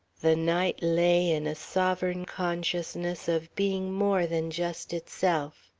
the night lay in a sovereign consciousness of being more than just itself.